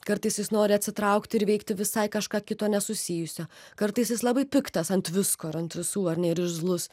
kartais jis nori atsitraukti ir veikti visai kažką kito nesusijusio kartais jis labai piktas ant visko ir ant visų ar ne ir irzlus